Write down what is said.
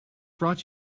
brought